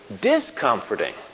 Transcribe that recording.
discomforting